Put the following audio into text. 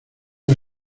una